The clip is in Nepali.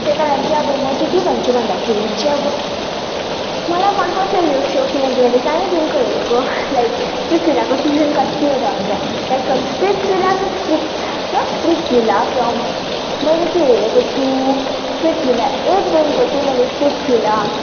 त्यही कारण चाहिँ अब म चाहिँ के भन्छु भन्दाखेरि चाहिँ अब मलाई मनपर्छ यो सो किनकि मैले सानैदेखिको हेरेको लाइक स्प्लिट्सभिल्लाको सिजन कतिवटा हुन्छ like Splitsvilla two splits not Splitsvilla from मैले चाहिँ हेरेको छु स्प्लिट्सभिल्ला एटदेखिको चाहिँ स्प्लिट्सभिल्ला